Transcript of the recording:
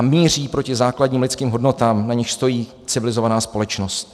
Míří proti základním lidským hodnotám, na nichž stojí civilizovaná společnost.